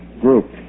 group